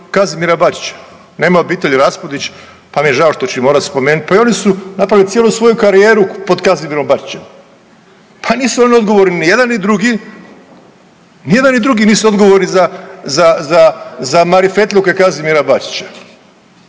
Kazimira Bačića. Nema obitelji Raspudić pa mi je žao što ću ih morat spomenut, pa i oni su napravili cijelu svoju karijeru pod Kazimirom Bačićem, pa nisu oni odgovorni, ni jedan ni drugi, ni jedan ni drugi nisu odgovorni za marifetluke Kazimira Bačića.